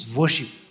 worship